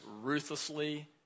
ruthlessly